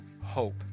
hope